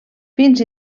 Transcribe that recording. fins